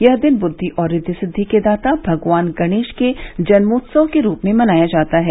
यह दिन बुद्वि और रिद्वि सिद्धि दाता भगवान गणेश के जन्मोत्सव के रूप में मनाया जाता है